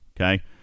okay